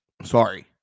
Sorry